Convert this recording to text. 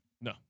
No